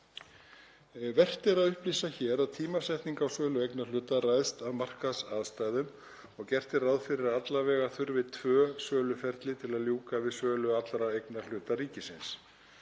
Vert er upplýsa hér að tímasetning á sölu eignarhluta ræðst af markaðsaðstæðum og að gert er ráð fyrir að allavega þurfi tvö söluferli til að ljúka við sölu allra eignarhluta ríkisins.